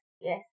yes